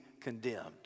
condemned